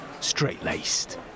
straight-laced